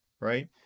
right